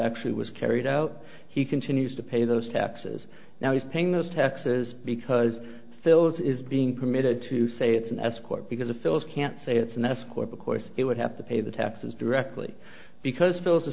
actually was carried out he continues to pay those taxes now he's paying those taxes because phillips is being permitted to say it's an escort because if it was can't say it's an escort of course it would have to pay the taxes directly because those are